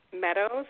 Meadows